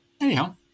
Anyhow